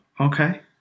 Okay